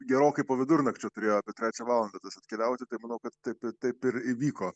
gerokai po vidurnakčio turėjo apie trečią valandą tas atkeliauti tai manau kad taip taip ir įvyko